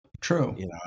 true